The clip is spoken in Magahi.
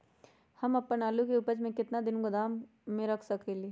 हम अपन आलू के ऊपज के केतना दिन बाद गोदाम में रख सकींले?